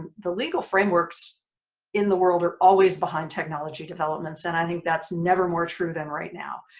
the legal frameworks in the world are always behind technology developments and i think that's never more true than right now.